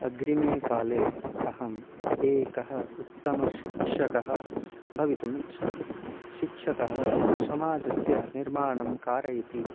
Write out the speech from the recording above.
अग्रिमे काले अहम् एकः उत्तमशिक्षकः भवितुम् इच्छामि शिक्षकः समाजस्य निर्माणं कारयति